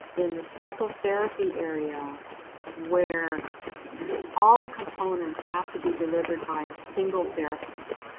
in the psychotherapy area where all the components have to be delivered by a single therapist.